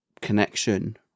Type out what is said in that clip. connection